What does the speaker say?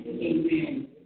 Amen